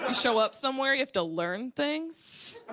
show up somewhere you have to learn things.